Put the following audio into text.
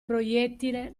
proiettile